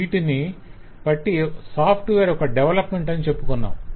వీటిని బట్టి సాఫ్ట్వేర్ ఒక డెవలప్మెంట్ అని చెప్పుకుంటాం